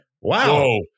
Wow